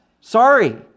Sorry